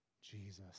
Jesus